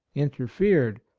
interfered,